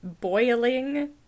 boiling